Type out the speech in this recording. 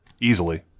easily